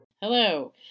Hello